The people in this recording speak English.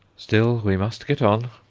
still we must get on.